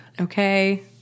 okay